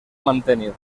mantenir